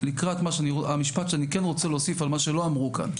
לקראת המשפט שאני כן רוצה להוסיף על מה שלא אמרו כאן